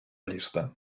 llista